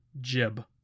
jib